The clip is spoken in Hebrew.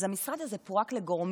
אז המשרד הזה פורק לגורמים: